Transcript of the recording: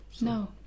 No